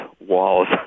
walls